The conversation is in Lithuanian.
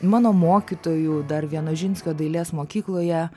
mano mokytoju dar vienožinskio dailės mokykloje